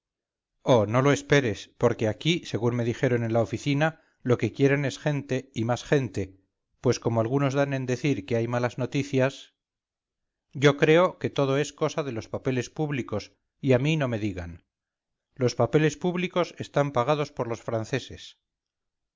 oh no lo esperes porque aquí según me dijeron en la oficina lo que quieren es gente y más gente pues como algunos dan en decir que hay malas noticias yo creo que todo es cosa de los papeles públicos y a mí no me digan los papeles públicos están pagados por los franceses